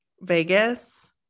Vegas